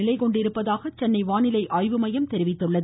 நிலைகொண்டுள்ளதாக சென்னை வானிலை ஆய்வு மையம் தெரிவித்துள்ளது